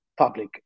public